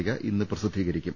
ട്ടിക ഇന്ന് പ്രസിദ്ധീകരിക്കും